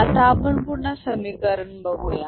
आता आपण पुन्हा समीकरण बघूया